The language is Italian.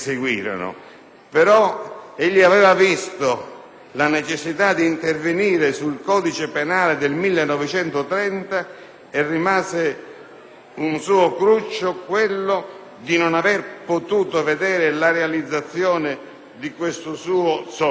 ma egli aveva comunque visto la necessità di intervenire sul codice penale del 1930 e rimase un suo cruccio non aver potuto vedere la realizzazione di questo suo sogno.